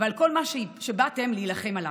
ועל כל מה שבאתם להילחם עליו.